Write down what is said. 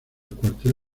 cuartel